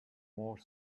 more